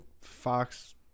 Fox